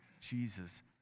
Jesus